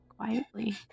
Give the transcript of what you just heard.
quietly